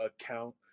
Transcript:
account